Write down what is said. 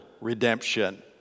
redemption